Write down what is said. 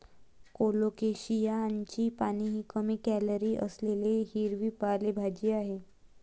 कोलोकेशियाची पाने ही कमी कॅलरी असलेली हिरवी पालेभाजी आहे